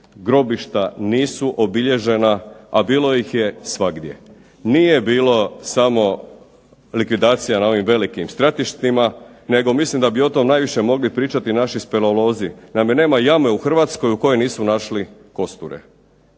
grobišta nisu obilježena, a bilo ih je svagdje. Nije bilo samo likvidacija na ovim velikim stratištima nego mislim da bi o tom najviše mogli pričati naši speleolozi, naime nema jame u Hrvatskoj u kojoj nisu našli kosture,